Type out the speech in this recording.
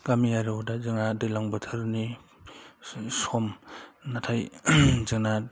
गामियारियाव दा जोंहा दैज्लां बोथोरनि सम नाथाय जोंना